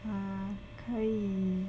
ah 可以